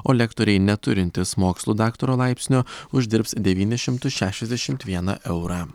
o lektoriai neturintys mokslų daktaro laipsnio uždirbs devynis šimtus šešiasdešimt vieną eurą